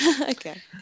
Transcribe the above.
Okay